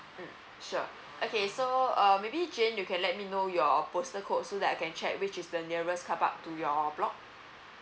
mm sure okay so uh maybe jane you can let me know your postal code so that I can check which is the nearest car parks to your block